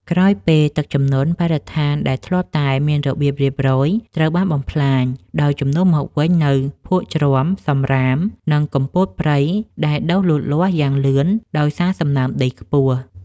ក្រោយពេលទឹកជំនន់ បរិស្ថានដែលធ្លាប់តែមានរបៀបរៀបរយត្រូវបានបំផ្លាញ ដោយជំនួសមកវិញនូវភក់ជ្រាំ សម្រាម និងគុម្ពោតព្រៃដែលដុះលូតលាស់យ៉ាងលឿនដោយសារសំណើមដីខ្ពស់។